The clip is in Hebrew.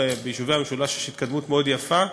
ביישובי המשולש יש התקדמות מאוד יפה.